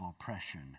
oppression